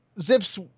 Zips